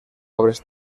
obres